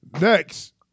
Next